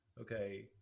Okay